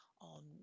on